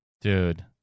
dude